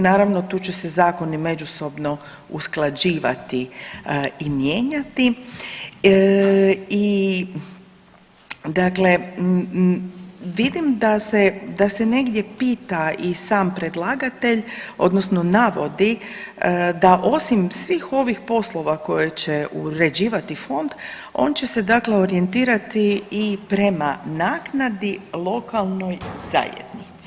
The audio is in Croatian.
Naravno tu će se Zakoni međusobno usklađivati i mijenjati i dakle, vidim da se negdje pita i sam predlagatelj, odnosno navodi da osim svih ovih poslova koje će uređivati Fond, on će se dakle orijentirati i prema naknadi lokalnoj zajednici.